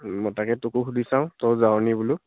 মই তাকে তোকো সুধি চাওঁ তয়ো যাও নি বোলো